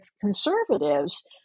conservatives